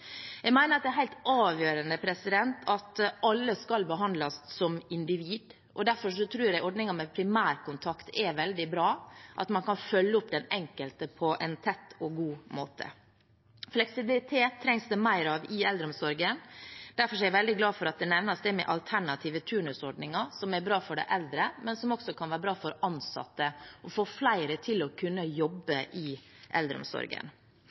Jeg mener at det er helt avgjørende at alle skal behandles som individ. Derfor tror jeg ordningen med primærkontakt er veldig bra, at man kan følge opp den enkelte på en tett og god måte. Fleksibilitet trengs det mer av i eldreomsorgen. Derfor er jeg veldig glad for at man nevner det med alternative turnusordninger, som er bra for de eldre, men som også kan være bra for ansatte og få flere til å kunne jobbe i eldreomsorgen.